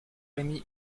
rémy